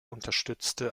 unterstützte